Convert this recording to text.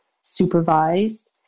supervised